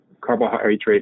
carbohydrate